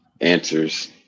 answers